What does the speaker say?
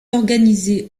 organisé